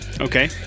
Okay